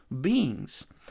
beings